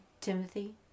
Timothy